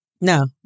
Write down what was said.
No